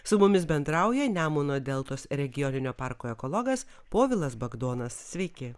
su mumis bendrauja nemuno deltos regioninio parko ekologas povilas bagdonas sveiki